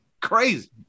crazy